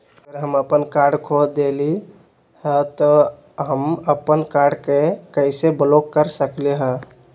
अगर हम अपन कार्ड खो देली ह त हम अपन कार्ड के कैसे ब्लॉक कर सकली ह?